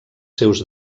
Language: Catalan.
seus